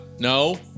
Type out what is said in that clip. No